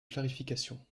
clarification